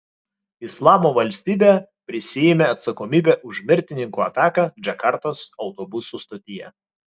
islamo valstybė prisiėmė atsakomybę už mirtininkų ataką džakartos autobusų stotyje